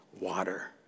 water